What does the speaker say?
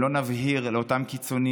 אם לא נבהיר לאותם קיצונים,